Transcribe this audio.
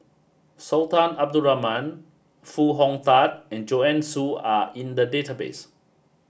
Sultan Abdul Rahman Foo Hong Tatt and Joanne Soo are in the database